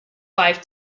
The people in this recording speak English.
five